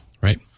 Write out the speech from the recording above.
right